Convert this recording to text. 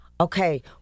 okay